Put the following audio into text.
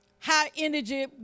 high-energy